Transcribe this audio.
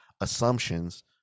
assumptions